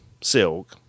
Silk